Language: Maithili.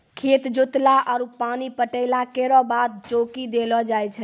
खेत जोतला आरु पानी पटैला केरो बाद चौकी देलो जाय छै?